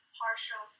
partial